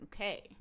okay